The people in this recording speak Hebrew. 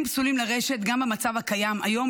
הם פסולים לרשת גם במצב הקיים היום,